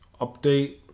update